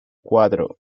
cuatro